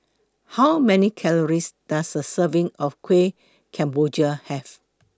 How Many Calories Does A Serving of Kuih Kemboja Have